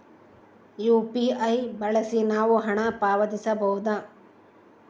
UPI ಬಳಸಿ ನಾವು ಹಣ ಪಾವತಿಸಬಹುದಾ?